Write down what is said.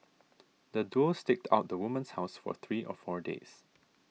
the duo staked out the woman's house for three or four days